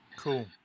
Cool